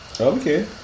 Okay